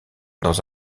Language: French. dans